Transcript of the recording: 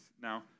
Now